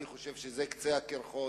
אני חושב שזה קצה הקרחון.